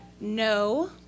No